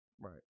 Right